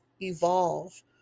evolve